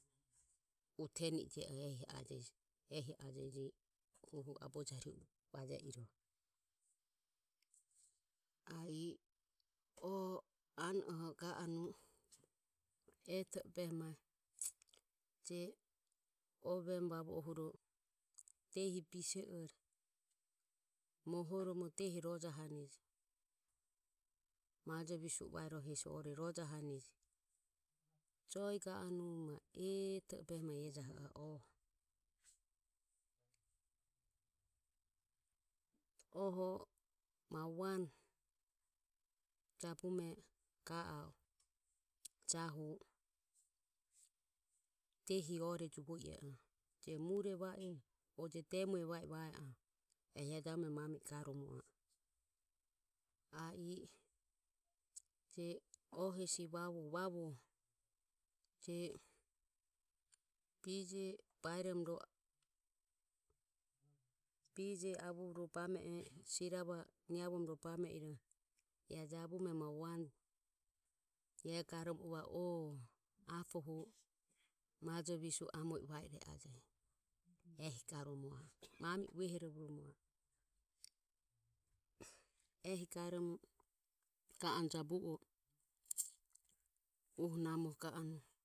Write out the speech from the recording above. Uteni e je oho ehi e ajeje ehi ohu aboje harihe i e oe ano oho va o ga anue eto e behe mae oe vemu vavuho bise ore mohoromo diehi majo visue e va irohoho jo e ga anue ma ejaho ae oho ma wan jabume jahu diehi ore juvo ie oho o je de mue va ie oho eho jabume ae mami e ga romo jabume ae dibaje e oe hesi vavuho je bije sirava niavoromo ro bame iroho ae e garomo uvo ae apo maje amo i va ajejo ehi vuehorovo ae ehi garomo jabu o uhu namoho ga anue